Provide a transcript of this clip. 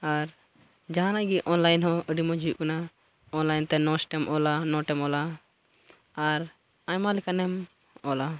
ᱟᱨ ᱡᱟᱦᱟᱱᱟᱜ ᱜᱮ ᱚᱱᱞᱟᱭᱤᱱ ᱦᱚᱸ ᱟᱹᱰᱤ ᱢᱚᱡᱽ ᱦᱩᱭᱩᱜ ᱠᱟᱱᱟ ᱚᱱᱞᱟᱭᱤᱱ ᱛᱮ ᱱᱳᱴᱥ ᱮᱢ ᱚᱞᱟ ᱱᱳᱴ ᱮᱢ ᱚᱞᱟ ᱟᱨ ᱟᱭᱢᱟ ᱞᱮᱠᱟᱱᱟᱜ ᱮᱢ ᱚᱞᱟ